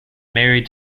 married